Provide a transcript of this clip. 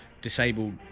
disabled